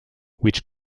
which